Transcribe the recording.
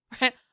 right